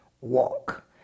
walk